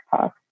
talk